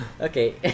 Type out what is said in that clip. Okay